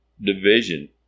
division